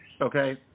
okay